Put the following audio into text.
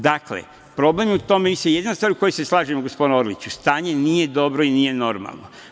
Dakle, problem je u tome i to je jedina stvar sa kojom se slažem gospodine Orliću, stanje nije dobro i nije normalno.